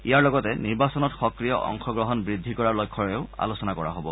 ইয়াৰ লগতে নিৰ্বাচনত সক্ৰিয় অংশগ্ৰহণ বৃদ্ধি কৰাৰ লক্ষ্যৰেও আলোচনা কৰা হ'ব